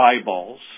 eyeballs